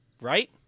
Right